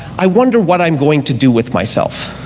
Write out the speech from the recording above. i wonder what i'm going to do with myself.